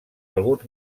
alguns